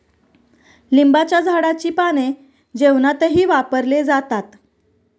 लिंबाच्या झाडाची पाने जेवणातही वापरले जातात